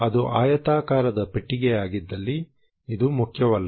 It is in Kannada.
ಅದು ಆಯತಾಕಾರದ ಪೆಟ್ಟಿಗೆಯಾಗಿದ್ದಲ್ಲಿ ಇದು ಮುಖ್ಯವಲ್ಲ